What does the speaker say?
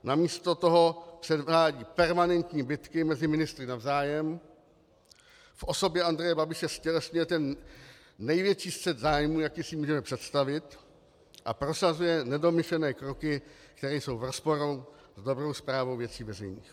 Namísto toho předvádí permanentní bitky mezi ministry navzájem, v osobě Andreje Babiše ztělesňuje ten největší střet zájmů, jaký si můžeme představit, a prosazuje nedomyšlené kroky, které jsou v rozporu s dobrou správou věcí veřejných.